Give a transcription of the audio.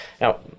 Now